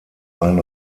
ein